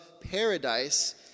paradise